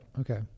okay